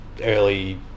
Early